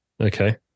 Okay